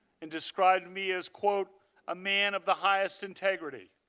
and described me as quote a man of the highest integrity.